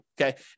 Okay